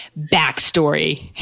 backstory